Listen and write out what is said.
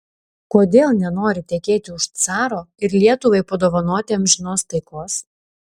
kodėl nenori tekėti už caro ir lietuvai padovanoti amžinos taikos